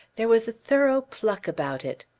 there was a thorough pluck about it.